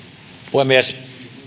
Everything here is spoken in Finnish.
puhemies